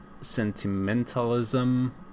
Sentimentalism